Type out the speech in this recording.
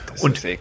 Und